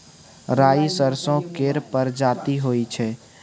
राई सरसो केर परजाती होई छै